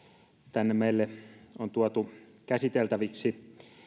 tänne meille on tuotu käsiteltäviksi